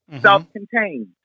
self-contained